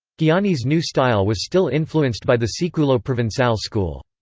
gianni's new style was still influenced by the siculo-provencal school.